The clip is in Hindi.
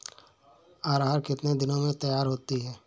अरहर कितनी दिन में तैयार होती है?